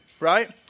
right